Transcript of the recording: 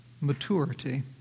maturity